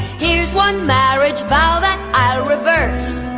here's one marriage vow that. i had a reverse.